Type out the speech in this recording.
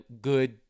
good